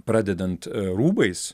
pradedant rūbais